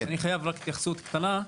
אני חייב רק התייחסות קטנה,